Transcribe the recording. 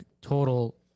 total